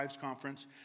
conference